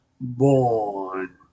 born